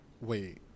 Wait